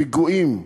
פיגועים,